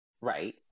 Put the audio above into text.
Right